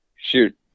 shoot